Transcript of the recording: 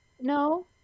No